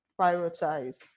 prioritize